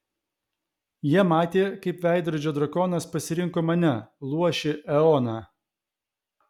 jie matė kaip veidrodžio drakonas pasirinko mane luošį eoną